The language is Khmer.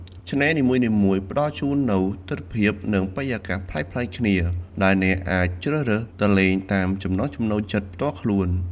ឆ្នេរនីមួយៗផ្តល់ជូននូវទិដ្ឋភាព និងបរិយាកាសប្លែកៗគ្នា ដែលអ្នកអាចជ្រើសរើសទៅលេងតាមចំណង់ចំណូលចិត្តផ្ទាល់ខ្លួន។